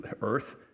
earth